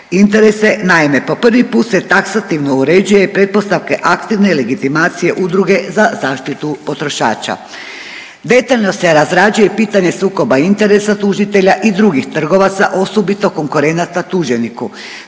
interese. Naime, po prvi put se taksativno uređuje i pretpostavke aktivne legitimacije udruge za zaštitu potrošača. Detaljno se razrađuje i pitanje sukoba interesa tužitelja i drugih trgovaca, osobito konkurenata tuženiku.